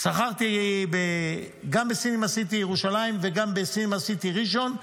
שכרתי גם בסינמה סיטי ירושלים וגם בסינמה סיטי בראשון,